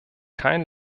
kein